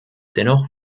dennoch